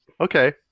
Okay